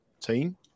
team